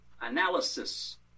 analysis